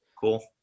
Cool